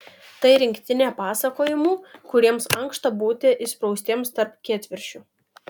tai rinktinė pasakojimų kuriems ankšta būti įspraustiems tarp kietviršių